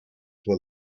were